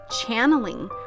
channeling